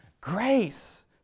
Grace